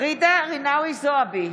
ג'ידא רינאוי זועבי,